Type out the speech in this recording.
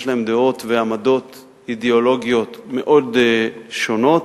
להם דעות ועמדות אידיאולוגיות מאוד שונות,